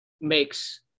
makes